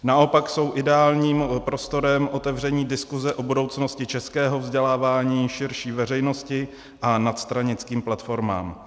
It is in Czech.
Naopak jsou ideálním prostorem otevření diskuse o budoucnosti českého vzdělávání širší veřejnosti a nadstranickým platformám.